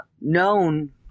known